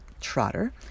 Trotter